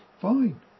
fine